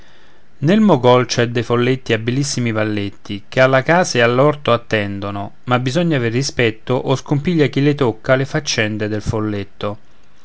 nel mogòl c'è dei folletti abilissimi valletti che alla casa e all'orto attendono ma bisogna aver rispetto o scompiglia chi le tocca le faccende del folletto